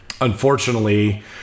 unfortunately